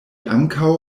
ankaŭ